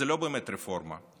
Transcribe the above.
זו לא באמת רפורמה,